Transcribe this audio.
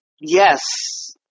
Yes